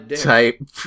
type